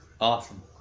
Awesome